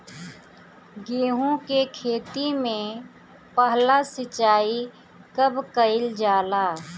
गेहू के खेती मे पहला सिंचाई कब कईल जाला?